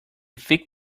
thick